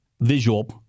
visual